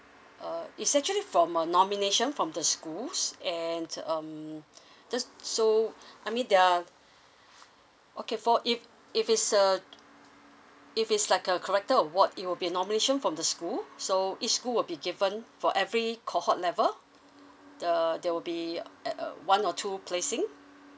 uh it's actually from a nomination from the schools and um just so I mean there are okay for if if it's uh if it's like a character award it will be nomination from the school so each school will be given for every cohort level the there will be at uh one or two placing